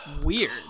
weird